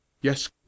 yes